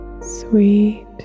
Sweet